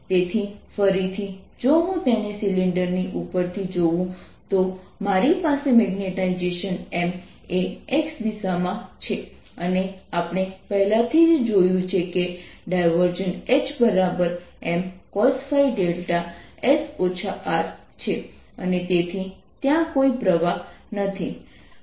તેથી જો આપણે આ સ્ફેરિકલ શેલ પર કોઈ સરફેસ એલિમેન્ટ લઈએ તો આપણે જોઈ શકીએ છીએ કે દરેક એલિમેન્ટ કોણીય વેગ સાથે z અક્ષની આસપાસ ફરતા હોય છે